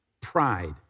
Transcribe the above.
pride